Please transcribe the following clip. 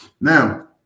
Now